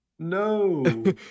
No